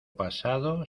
pasado